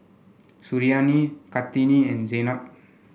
Suriani Kartini and Zaynab